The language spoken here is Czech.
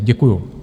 Děkuju.